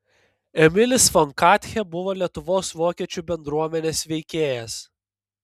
emilis fon katchė buvo lietuvos vokiečių bendruomenės veikėjas